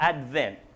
Advent